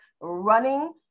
running